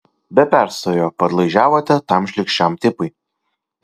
be perstojo padlaižiavote tam šlykščiam tipui